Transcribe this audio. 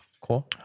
cool